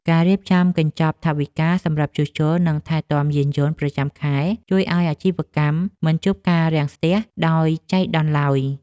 ការរៀបចំកញ្ចប់ថវិកាសម្រាប់ជួសជុល និងថែទាំយានយន្តប្រចាំខែជួយឱ្យអាជីវកម្មមិនជួបការរាំងស្ទះដោយចៃដន្យឡើយ។